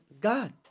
god